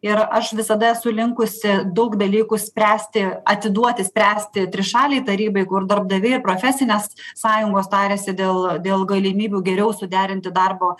ir aš visada esu linkusi daug dalykų spręsti atiduoti spręsti trišalei tarybai kur darbdaviai ir profesinės sąjungos tariasi dėl dėl galimybių geriau suderinti darbo